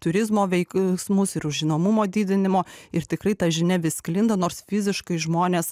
turizmo veiksmus ir žinomumo didinimo ir tikrai ta žinia vis sklinda nors fiziškai žmonės